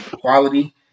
quality